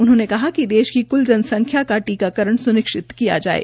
उन्होंने कहा कि देश की क्ल जनसंख्या का टीकाकरण स्निश्चित किया जाये